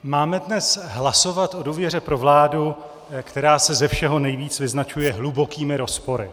Máme dnes hlasovat o důvěře pro vládu, která se ze všeho nejvíc vyznačuje hlubokými rozpory.